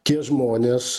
tie žmonės